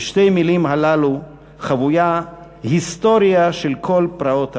בשתי מילים הללו חבויה היסטוריה של כל פרעות הרצח".